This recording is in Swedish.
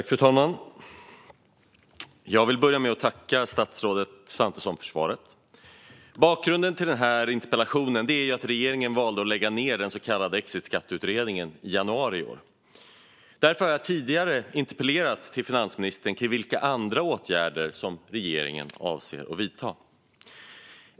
Fru talman! Jag vill börja med att tacka statsrådet Svantesson för svaret. Bakgrunden till den här interpellationen är att regeringen valde att lägga ned den så kallade exitskatteutredningen i januari i år. Därför har jag tidigare interpellerat till finansministern om vilka andra åtgärder som regeringen avser att vidta.